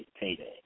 payday